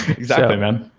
exactly man.